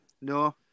no